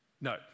No